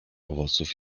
owoców